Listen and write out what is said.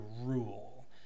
rule